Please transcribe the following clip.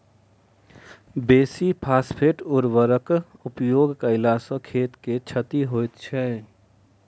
बेसी फास्फेट उर्वरकक उपयोग कयला सॅ खेत के क्षति होइत छै